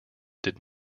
did